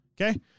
Okay